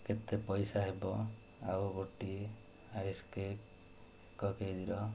କେତେ ପଇସା ହେବ ଆଉ ଗୋଟିଏ ଆଇସ୍ କେକ୍ ଏକ କେଜିର